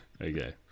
Okay